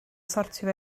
sortio